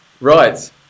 Right